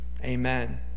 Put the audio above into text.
Amen